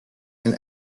and